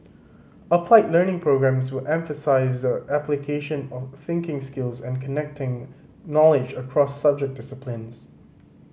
applied Learning programmes will emphasise the application of thinking skills and connecting knowledge across subject disciplines